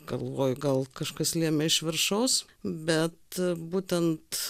galvoju gal kažkas lėmė iš viršaus bet būtent